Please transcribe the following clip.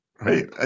Right